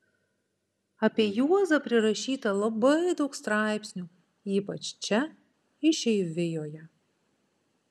apie juozą prirašyta labai daug straipsnių ypač čia išeivijoje